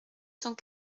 cent